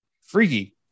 freaky